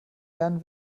lernen